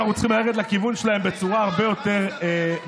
בחלב אנחנו יותר יקרים מכל מדינה אחרת בעולם.